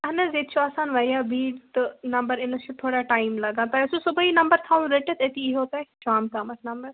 اہن حظ ییٚتہِ چھِ آسان واریاہ بیٖڑتہٕ نَمبر یِنَس چھُ تھوڑا ٹایم لَگان تۄہہِ اوسو صبحٲیی نَمبر تھاوُن رٔٹِتھ أتِی ییٖہوتۄہہِ شام تامَت نَمبر